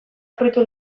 fruitu